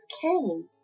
came